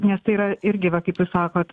nes tai yra irgi va kaip jūs sakot